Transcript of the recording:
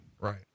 right